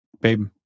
babe